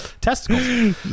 Testicles